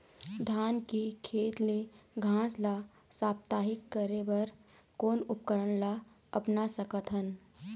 धान के खेत ले घास ला साप्ताहिक करे बर कोन उपकरण ला अपना सकथन?